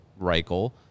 Reichel